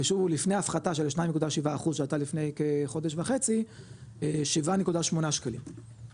ושוב הוא לפני הפחתה של 2.7% שהייתה לפני כחודש וחצי 7.8 ₪,